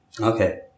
Okay